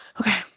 Okay